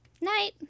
Night